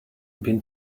been